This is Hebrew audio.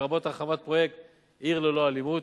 לרבות הרחבת פרויקט "עיר ללא אלימות".